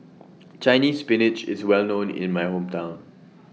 Chinese Spinach IS Well known in My Hometown